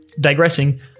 Digressing